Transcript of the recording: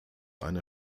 einer